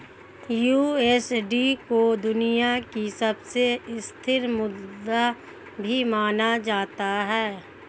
USD को दुनिया की सबसे स्थिर मुद्रा भी माना जाता है